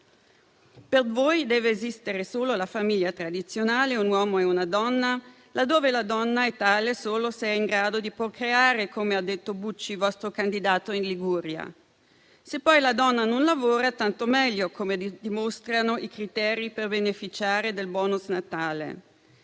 Per voi deve esistere solo la famiglia tradizionale, un uomo e una donna, laddove la donna è tale solo se è in grado di procreare, come ha detto Bucci vostro candidato in Liguria. Se poi la donna non lavora, tanto meglio, come dimostrano i criteri per beneficiare del *bonus* Natale.